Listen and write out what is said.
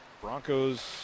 Broncos